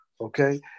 Okay